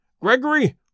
Gregory